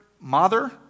mother